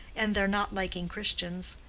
and their not liking christians.